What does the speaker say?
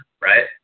right